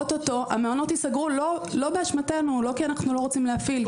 אוטוטו המעונות ייסגרו לא באשמתנו או לא כי אנחנו לא רוצים להפעיל,